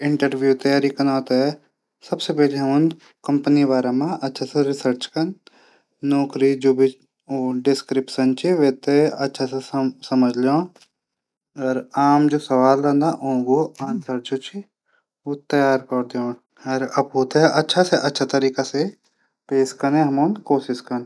इंटरव्यू तैयारी कनो तै सबसे पैली हमन कम्पनी बारे मा रिसर्च कन। नौकरी जू भी डिसकिरप्शन वेथे अछा से शमझण और आम जू सवाल रैदा ऊतर तैयार कौर दीण। और अफ थै अछा से अछा तरीके से तैयार कनै कोशिश कन।